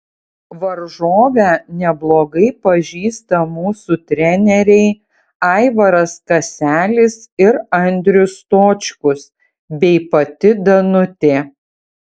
varžovę neblogai pažįsta mūsų treneriai aivaras kaselis ir andrius stočkus bei pati danutė